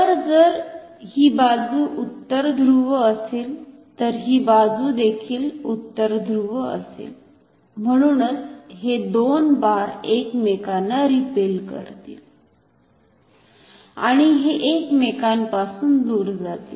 तर जर ही बाजू उत्तर ध्रुव असेल तर हि बाजुदेखील उत्तरध्रुव असेल म्हणूनच हे दोन बार एकमेकांना रिपेल करतील आणि हे एकमेकांपासून दूर जातील